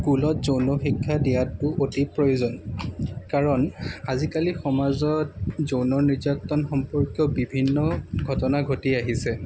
স্কুলত যৌন শিক্ষা দিয়াটো আতি প্ৰয়োজন কাৰণ আজিকালি সমাজত যৌন নিৰ্যাতন সম্পৰ্কীয় বিভিন্ন ঘটনা ঘটি আহিছে